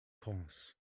france